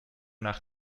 nach